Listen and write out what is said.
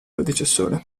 predecessore